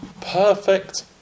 Perfect